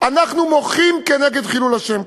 אנחנו מוחים כנגד חילול השם הזה.